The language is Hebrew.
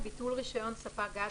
ביטול רישיון ספק גז,